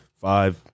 five